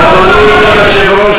אדוני השר,